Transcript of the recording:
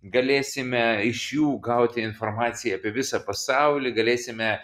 galėsime iš jų gauti informaciją apie visą pasaulį galėsime